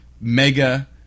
mega